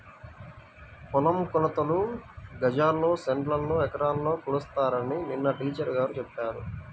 పొలం కొలతలు గజాల్లో, సెంటుల్లో, ఎకరాల్లో కొలుస్తారని నిన్న టీచర్ గారు చెప్పారు